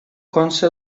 consta